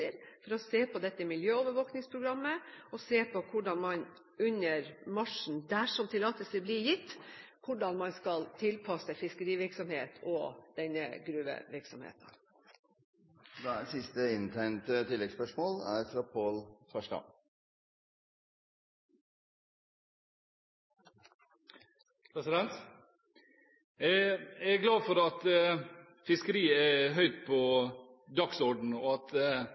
å se på dette miljøovervåkningsprogrammet og på hvordan man under marsjen – dersom tillatelse blir gitt – skal tilpasse fiskerivirksomheten og denne gruvevirksomheten. Pål Farstad – til oppfølgingsspørsmål. Jeg er glad for at fiskeri står høyt på dagsordenen, og at